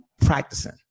practicing